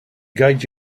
guide